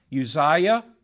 Uzziah